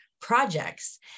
Projects